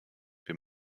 wir